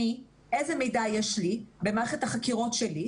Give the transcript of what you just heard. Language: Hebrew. אני, איזה מידע יש לי במערכת החקירות שלי?